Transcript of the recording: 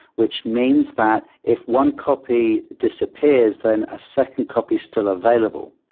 which means that if one copy disappears, then a second copy still available.